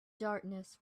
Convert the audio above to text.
darkness